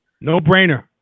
No-brainer